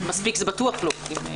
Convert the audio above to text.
מספיק זה בטוח לא.